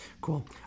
Cool